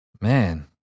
Man